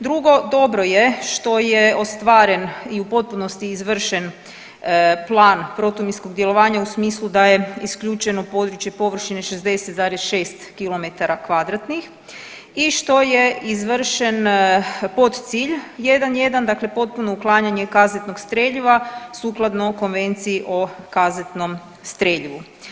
Drugo, dobro je što je ostvaren i u potpunosti izvršen plan protuminskog djelovanja u smislu da je isključeno područje površine 60,6 km2 i što je izvršen podcilj 1.1., dakle potpuno uklanjanje kazetnog streljiva sukladno Konvenciji o kazetnom streljivu.